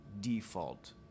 default